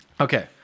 Okay